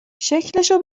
شکلشو